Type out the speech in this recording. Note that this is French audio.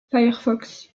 firefox